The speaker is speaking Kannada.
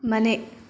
ಮನೆ